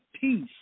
peace